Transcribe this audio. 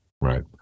right